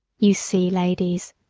you see, ladies,